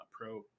pro